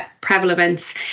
prevalence